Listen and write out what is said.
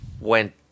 went